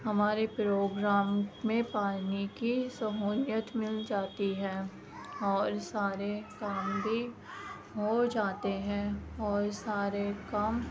ہمارے پروگرام میں پانی کی سہولیت مل جاتی ہے اور سارے کام بھی ہو جاتے ہیں اور سارے کام